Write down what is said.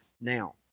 Now